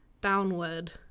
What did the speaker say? downward